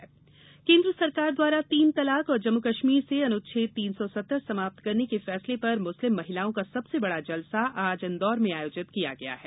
तीन तलाक जलसा केन्द्र सरकार द्वारा तीन तलाक और जम्मू कश्मीर से अनुच्छेद तीन सौ सत्तर समाप्त करने के फैसले पर मुस्लिम महिलाओं का सबसे बड़ा जलसा आज इंदौर में आयोजित किया गया है